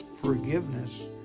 forgiveness